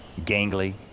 gangly